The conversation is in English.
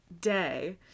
day